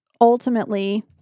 ultimately